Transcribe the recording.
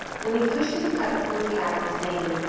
when he pushed his cup toward patty saying,